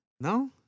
No